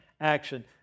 action